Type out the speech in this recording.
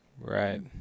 Right